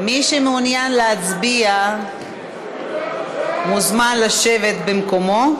מי שמעוניין להצביע מוזמן לשבת במקומו.